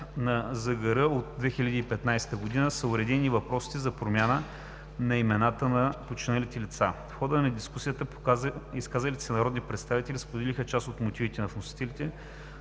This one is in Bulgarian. регистрация от 2015 г. са уредени и въпросите за промяна на имената на починалите лица. В хода на дискусията изказалите се народни представители споделиха част от мотивите на вносителите,